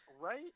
right